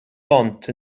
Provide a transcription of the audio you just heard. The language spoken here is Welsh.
bont